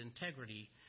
integrity